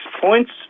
points